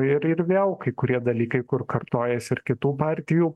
ir ir vėl kai kurie dalykai kur kartojasi ir kitų partijų